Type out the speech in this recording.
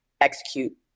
execute